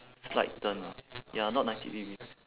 slight turn ah ya not ninety degrees